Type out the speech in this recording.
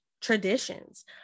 traditions